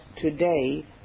today